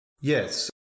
Yes